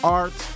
art